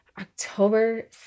October